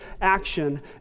action